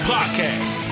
Podcast